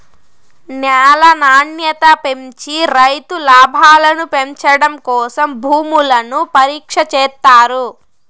న్యాల నాణ్యత పెంచి రైతు లాభాలను పెంచడం కోసం భూములను పరీక్ష చేత్తారు